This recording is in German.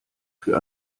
für